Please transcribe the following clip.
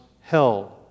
held